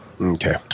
Okay